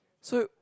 so